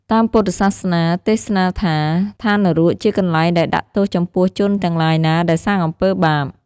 តាមពុទ្ធសាសនា ទេសនាថា ឋាននរកជាកន្លែងដែលដាក់ទោសចំពោះជនទាំងឡាយណាដែលសាងអំពីបាប។